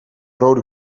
rode